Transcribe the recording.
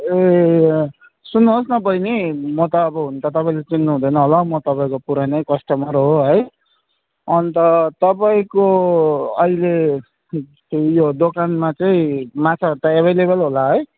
ए सुन्नुहोस् न बहिनी म त अब हुनु त तपाईँले त चिन्नु त हुँदैन होला म तपाईँको पुरानै कस्टमर हो है अनि त तपाईँको अहिले ऊ यो दोकानमा चाहिँ माछा त अभेइलेबल होला है